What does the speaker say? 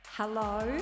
Hello